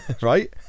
right